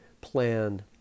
plan